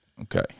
Okay